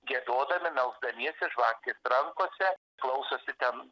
giedodami melsdamiesi žvakės rankose klausosi ten